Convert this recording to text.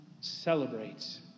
celebrates